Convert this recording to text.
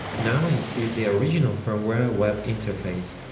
now you see the original firmware web-interface